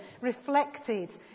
reflected